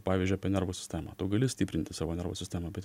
pavyzdžiui apie nervų sistemą tu gali stiprinti savo nervų sistemą bet